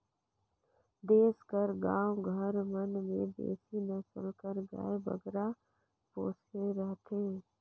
देस कर गाँव घर मन में देसी नसल कर गाय बगरा पोसे रहथें